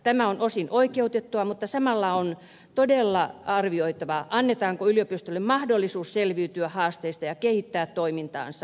tämä on osin oikeutettua mutta samalla on todella arvioitava annetaanko yliopistoille mahdollisuus selviytyä haasteista ja kehittää toimintaansa